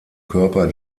körper